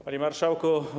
Panie Marszałku!